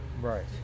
Right